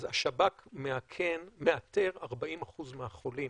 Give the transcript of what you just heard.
אז השב"כ מאתר 40% מהחולים